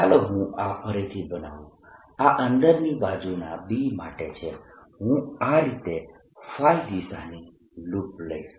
ચાલો હું આ ફરીથી બનાવું આ અંદરની બાજુના B માટે છે હું આ રીતે દિશાની લૂપ લઇશ